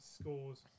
scores